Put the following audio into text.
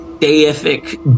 deific